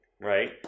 right